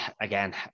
again